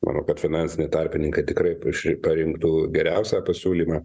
manau kad finansiniai tarpininkai tikrai priešri parinktų geriausią pasiūlymą